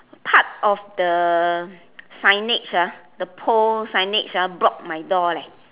part of the signage ah the pole signage ah block my door leh